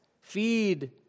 feed